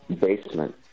basement